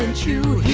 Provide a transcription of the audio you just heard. and to